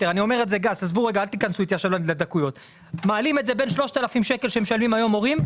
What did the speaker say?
מעלים את זה בין 3,000 שקל שמשלמים היום הורים,